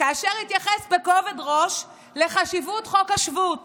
כאשר התייחס בכובד ראש לחשיבות חוק השבות